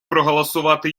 проголосувати